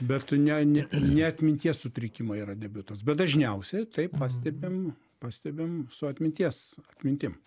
bet ne ne ne atminties sutrikimai yra debiutas bet dažniausiai tai pastebim pastebim su atminties atmintim